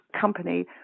company